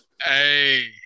Hey